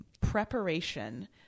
preparation